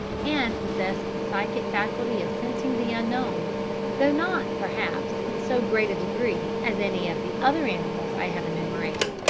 and possess the psychic faculty of scenting the unknown though not, perhaps, in so great a degree as any of the other animals i have enumerated.